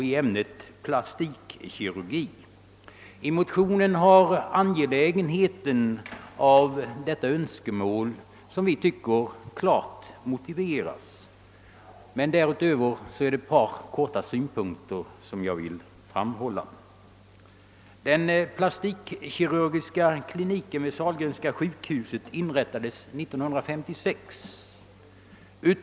I motionerna har angelägenheten av detta önskemål enligt vår åsikt klart motiverats. Jag vill emellertid anlägga ytterligare ett par synpunkter. Den plastikkirurgiska kliniken vid Sahlgrenska sjukhuset inrättades 1956.